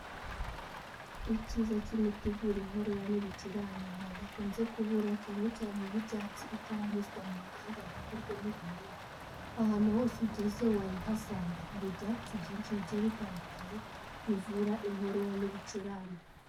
Icyiza cy'imiti ivura inkorora n'ibicurane ntabwo ikunze kubura cyane cyane iy'ibyatsi itaranyuzwa mu ruganda ngo ikurwemo ibinini. Ahantu hose ugeze wayihasanga. Hari ibyatsi byinshi bigiye bitandukanye bivura inkorora n'ibicurane.